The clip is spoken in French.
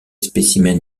spécimens